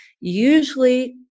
Usually